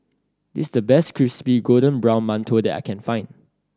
this the best crispy golden brown mantou that I can find